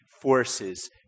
forces